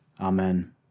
Amen